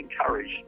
encouraged